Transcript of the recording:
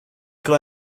quand